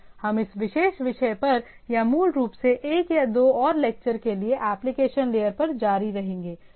हम इस विशेष विषय पर या मूल रूप से एक या दो और लेक्चर के लिए एप्लीकेशन लेयर पर जारी रखेंगे